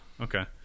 Okay